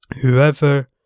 Whoever